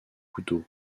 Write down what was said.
couteau